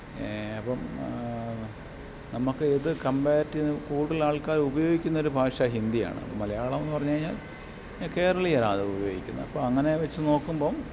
അപ്പം നമുക്ക് ഇത് കംപാർ ചെയ്യുന്ന കൂടുതൽ ആൾക്കാർ ഉപയോഗിക്കുന്നൊരു ഭാഷ ഹിന്ദിയാണ് മലയാളം എന്ന് പറഞ്ഞ് കഴിഞ്ഞാൽ കേരളീയരാണത് ഉപയോഗിക്കുന്നത് അപ്പം അങ്ങനെ വെച്ച് നോക്കുമ്പം